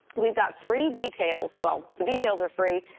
we've got free details well, the details are free,